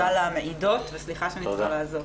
ההקשבה,